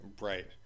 right